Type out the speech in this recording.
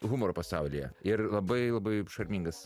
humoro pasaulyje ir labai labai šarmingas